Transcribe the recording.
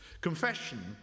Confession